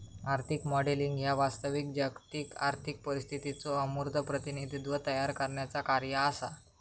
आर्थिक मॉडेलिंग ह्या वास्तविक जागतिक आर्थिक परिस्थितीचो अमूर्त प्रतिनिधित्व तयार करण्याचा कार्य असा